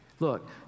Look